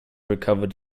recovered